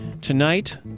tonight